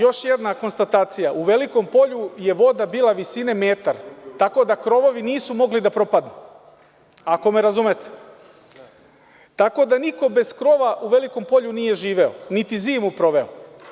Još jedna konstatacija, u Velikom Polju je voda bila visine metar, tako da krovovi nisu mogli da propadnu, ako me razumete, tako da niko bez krova u Velikom Polju nije živeo, niti zimu proveo.